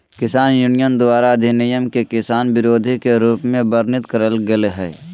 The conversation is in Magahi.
किसान यूनियन द्वारा अधिनियम के किसान विरोधी के रूप में वर्णित करल गेल हई